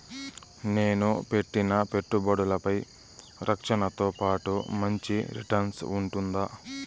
నేను పెట్టిన పెట్టుబడులపై రక్షణతో పాటు మంచి రిటర్న్స్ ఉంటుందా?